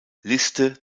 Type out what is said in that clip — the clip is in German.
liste